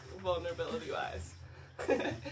vulnerability-wise